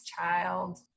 child